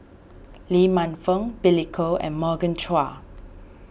Lee Man Fong Billy Koh and Morgan Chua